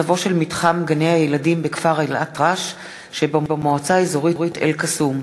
מצבו של מתחם גני-הילדים בכפר אלאטרש שבמועצה האזורית אל-קסום.